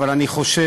אבל אני חושב,